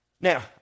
Now